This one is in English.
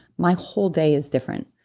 my whole day is different.